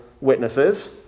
witnesses